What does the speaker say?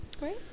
Right